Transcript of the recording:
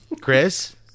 Chris